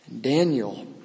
Daniel